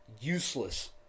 useless